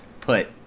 put